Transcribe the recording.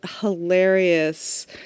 hilarious